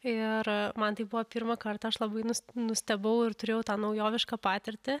ir man tai buvo pirmą kartą aš labai nus nustebau ir turėjau tą naujovišką patirtį